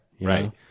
Right